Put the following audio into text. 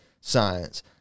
science